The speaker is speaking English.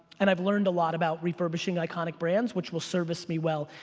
and i've learned a lot about refurbishing iconic brands which will service me well.